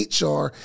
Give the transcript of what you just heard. HR